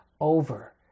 over